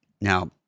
Now